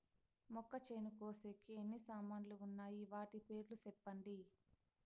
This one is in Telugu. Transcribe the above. మొక్కచేను కోసేకి ఎన్ని సామాన్లు వున్నాయి? వాటి పేర్లు సెప్పండి?